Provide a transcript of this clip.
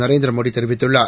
நரேந்திரமோடிதெரி வித்துள்ளார்